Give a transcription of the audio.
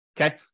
Okay